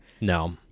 No